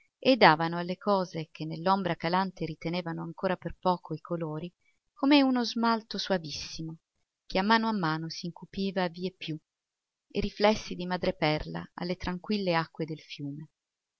e davano alle cose che nell'ombra calante ritenevano ancora per poco i colori come uno smalto soavissimo che a mano a mano s'incupiva vie più e riflessi di madreperla alle tranquille acque del fiume